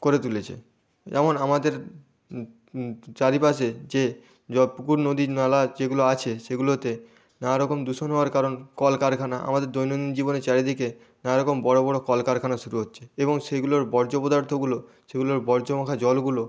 করে তুলেছে যেমন আমাদের চারিপাশে যে জ পুকুর নদী নালা যেগুলো আছে সেগুলোতে নানা রকম দূষণ হওয়ার কারণ কলকারখানা আমাদের দৈনন্দিন জীবনে চারিদিকে নানা রকম বড়ো বড়ো কলকারখানা শুরু হচ্ছে এবং সেগুলোর বর্জ্য পদার্থগুলো সেগুলোর বর্জ্য মাখা জলগুলো